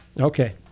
Okay